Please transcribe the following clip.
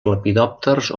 lepidòpters